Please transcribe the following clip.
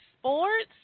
Sports